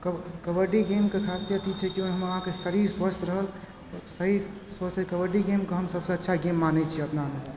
कबड्डीगेमके खासियत ई छै कि ओहिमे अहाँके शरीर स्वस्थ्य रहल शरीर स्वस्थ्य कबड्डी गेमके हम सबसँ अच्छा गेम मानै छी अपना मोताबिक